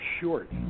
short